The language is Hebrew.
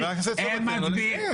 חבר הכנסת סובה, תן לו לסיים.